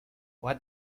what